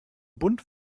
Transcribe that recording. bunt